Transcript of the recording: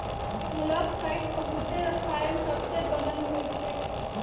मोलॉक्साइड्स बहुते रसायन सबसे बनल होइ छइ